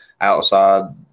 outside